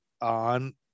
on